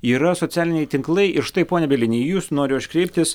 yra socialiniai tinklai ir štai pone bielini į jus noriu aš kreiptis